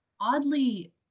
Oddly